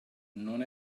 non